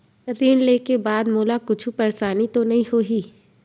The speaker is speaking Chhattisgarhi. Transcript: ऋण लेके बाद मोला कुछु परेशानी तो नहीं होही?